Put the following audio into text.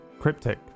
cryptic